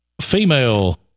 female